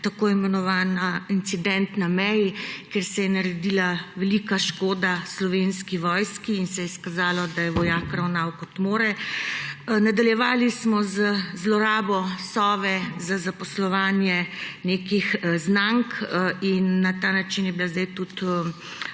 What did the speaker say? tako imenovani incident na meji, kjer se je naredila velika škoda Slovenski vojski in se je izkazalo, da je vojak ravnal, kot mora. Nadaljevali smo z zlorabo Sove za zaposlovanje nekih znank in na ta način je bilo zdaj tudi